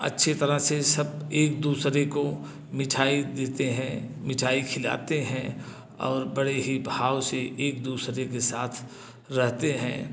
अच्छे तरह से सब एक दूसरे को मिठाई देते हैं मिठाई खिलाते हैं और बड़े ही भाव से एक दूसरे के साथ रहते हैं